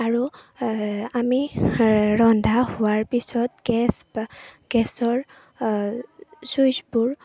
আৰু আমি ৰন্ধা হোৱাৰ পিছত গেছ বা গেছৰ চুইচবোৰ